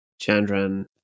Chandran